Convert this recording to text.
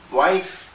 wife